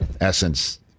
essence